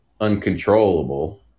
uncontrollable